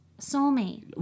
soulmate